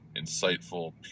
insightful